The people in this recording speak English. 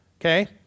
Okay